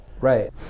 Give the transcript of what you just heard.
Right